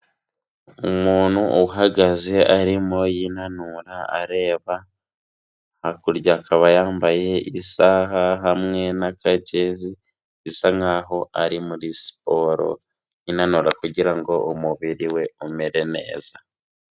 Umuntu uhagaze arimo yinanura areba hakurya akaba yambaye isaha hamwe na ka jezi bisa nkaho ari muri siporo inanura kugirango umubiri we umere neza.